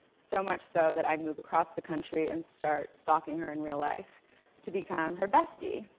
so much so that i move across the country and start stalking her in real life to become her bestie.